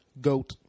Goat